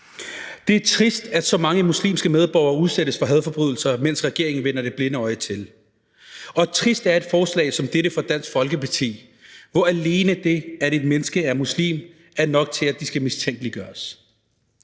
Det er trist, at så mange muslimske medborgere udsættes for hadforbrydelser, mens regeringen vender det blinde øje til, og trist er et forslag som dette fra Dansk Folkeparti, hvor alene det, at et menneske er muslim, er nok til, at vedkommende skal mistænkeliggøres.